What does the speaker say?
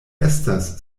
estas